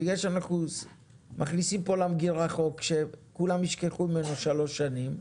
בגלל שאנחנו מכניסים פה למגירה חוק שכולם ישכחו ממנו שלוש שנים,